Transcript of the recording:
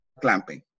clamping